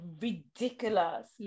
ridiculous